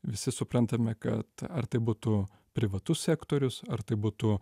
visi suprantame kad ar tai būtų privatus sektorius ar tai būtų